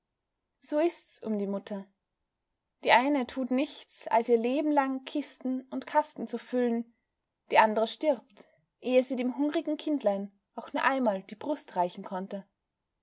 so ist's um die mütter die eine tut nichts als ihr leben lang kisten und kasten zu füllen die andre stirbt ehe sie dem hungrigen kindlein auch nur einmal die brust reichen konnte